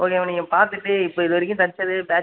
okay ma'am நீங்கள் பார்த்துட்டு இப்போ இது வரைக்கும் தைச்சது பேட்ச்